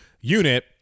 unit